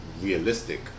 realistic